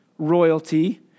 royalty